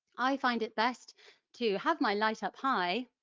i find it best to have my light up high,